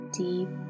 deep